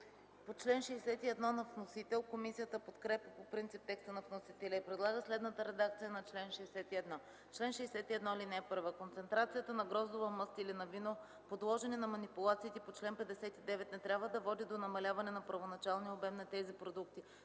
По чл. 61 на вносителя, комисията подкрепя по принцип текста на вносителя и предлага следната редакция: „Чл. 61. (1) Концентрацията на гроздова мъст или на вино, подложени на манипулациите по чл. 59, не трябва да води до намаляване на първоначалния обем на тези продукти